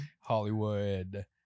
Hollywood